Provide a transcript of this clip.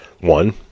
One